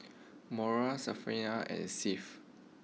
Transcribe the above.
Moriah Stephania and Seth